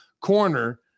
corner